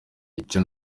icyo